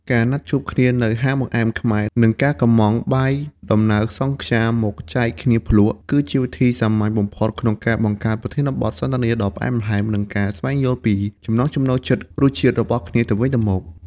ការណាត់ជួបគ្នានៅហាងបង្អែមខ្មែរ និងការកុម្ម៉ង់បាយដំណើរសង់ខ្យាមកចែកគ្នាភ្លក់ គឺជាវិធីសាមញ្ញបំផុតក្នុងការបង្កើតប្រធានបទសន្ទនាដ៏ផ្អែមល្ហែម និងការស្វែងយល់ពីចំណង់ចំណូលចិត្តរសជាតិរបស់គ្នាទៅវិញទៅមក។